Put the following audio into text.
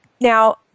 now